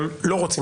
והם לא רוצים